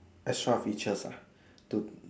extra features ah to